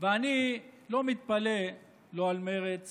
ואני לא מתפלא לא על מרצ